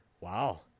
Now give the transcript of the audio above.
Wow